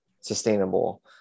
sustainable